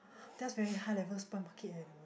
that's very high level spoil market and